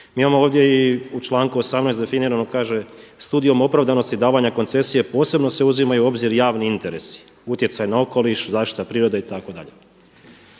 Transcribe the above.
Mi imamo ovdje i u članku 18. definirano, kaže: „Studijom opravdanosti davanja koncesije posebno se uzimaju u obzir javni interesi, utjecaji na okoliš, zaštita prirode itd.“